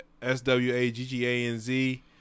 S-W-A-G-G-A-N-Z